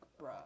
bruh